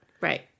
Right